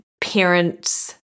Parents